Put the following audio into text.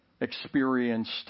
experienced